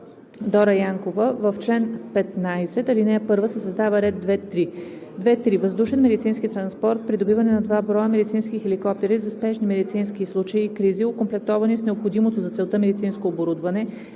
Илиева Янкова: В чл. 15, ал. 1 се създава ред 2.3.: „2.3. Въздушен медицински транспорт – придобиване на два броя медицински хеликоптери за спешни медицински случаи и кризи, окомплектовани с необходимото за целта медицинско оборудване,